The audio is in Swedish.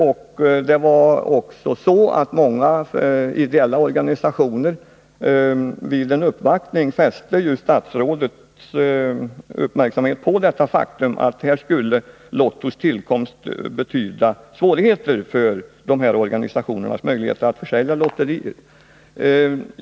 Vid en uppvaktning fäste många ideella organisationer statsrådets uppmärksamhet på det faktum att Lottos tillkomst skulle betyda svårigheter för dessa organisationers möjligheter att anordna lotterier.